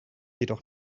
jedoch